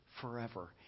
forever